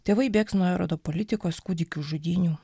tėvai bėgs nuo erodo politikos kūdikių žudynių